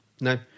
no